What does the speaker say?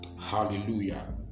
Hallelujah